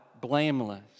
blameless